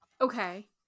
Okay